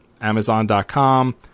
Amazon.com